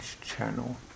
channel